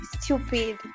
Stupid